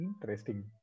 Interesting